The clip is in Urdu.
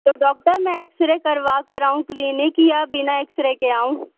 تو ڈاکٹر میں ایکسرے کروا کر آؤں کلینک یا بنا ایکسرے کے آؤں